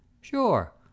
Sure